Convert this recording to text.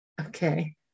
Okay